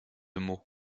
maux